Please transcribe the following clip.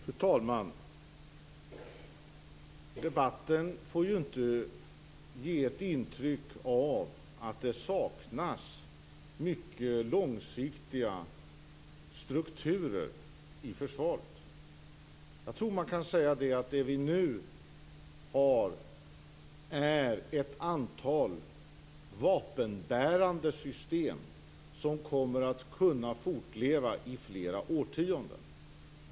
Fru talman! Debatten får inte ge intryck av att det saknas mycket långsiktiga strukturer i försvaret. Det vi nu har är ett antal vapenbärande system, som kommer att kunna fortleva i flera årtionden.